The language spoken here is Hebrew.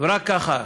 ורק ככה,